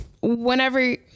whenever